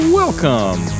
welcome